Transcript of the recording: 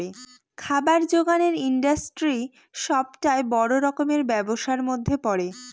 খাবার জোগানের ইন্ডাস্ট্রি সবটাই বড় রকমের ব্যবসার মধ্যে পড়ে